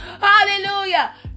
Hallelujah